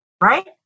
right